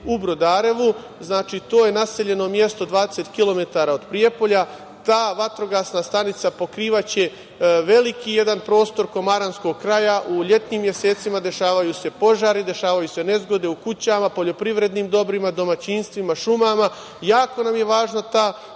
u Brodarevu. To je naseljeno mesto 20 kilometara od Prijepolja. Ta vatrogasna stanica pokrivaće veliki jedan prostor komaranskog kraja. U letnjim mesecima dešavaju se požari, dešavaju se nezgode u kućama, poljoprivrednim dobrima, domaćinstvima, šumama. Jako nam je važna ta